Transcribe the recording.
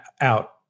out